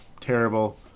Terrible